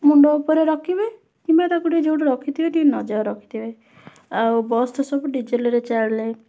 ମୁଣ୍ଡ ଉପରେ ରଖିବେ କିମ୍ବା ତାକୁ ଟିକେ ଯୋଉଠି ରଖିଥିବେ ଟିକେ ନଜର ରଖିଥିବେ ଆଉ ବସ୍ ତ ସବୁ ଡିଜେଲ୍ ରେ ଚାଲେ